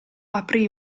aprì